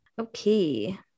Okay